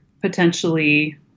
potentially